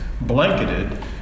blanketed